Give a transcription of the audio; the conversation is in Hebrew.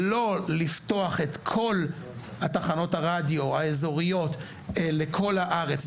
לא לפתוח את כל התחנות הרדיו האזוריות לכל הארץ,